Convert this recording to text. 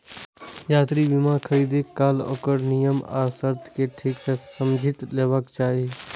यात्रा बीमा खरीदै काल ओकर नियम आ शर्त कें ठीक सं समझि लेबाक चाही